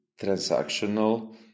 transactional